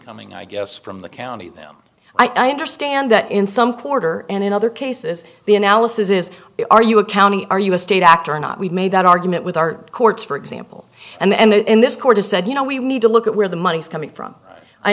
coming i guess from the county them i understand that in some quarter and in other cases the analysis is are you a county are you a state actor or not we made that argument with our courts for example and this court has said you know we need to look at where the money's coming from i